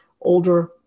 older